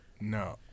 no